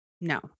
No